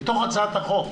בתוך הצעת החוק